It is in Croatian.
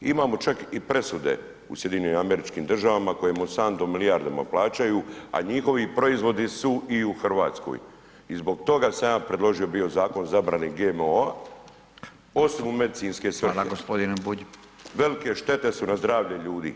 Imamo čak i presude u SAD-u u kojima Monsanto milijardama plaćaju, a njihovi proizvodi su i u Hrvatskoj i zbog toga sam ja predložio bio zakon zabrane GMO-a, osim u medicinske svrhe [[Upadica: Hvala g. Bulj.]] Velike štete su na zdravlje ljudi.